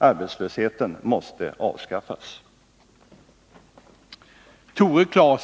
Arbetslösheten måste avskaffas.